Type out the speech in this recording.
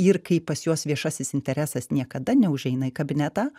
ir kaip pas juos viešasis interesas niekada neužeina į kabinetą